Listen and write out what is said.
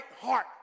heart